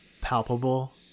palpable